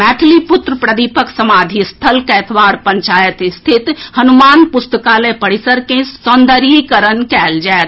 मैथिली पुत्र प्रदीपक समाधि स्थल कैथवार पंचायत स्थित हनुमान पुस्तकालय परिसर के सौंदर्यीकरण कयल जायत